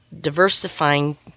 diversifying